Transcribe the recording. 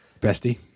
Bestie